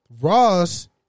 Ross